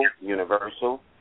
universal